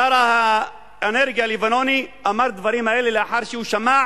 שר האנרגיה הלבנוני אמר את הדברים האלה לאחר שהוא שמע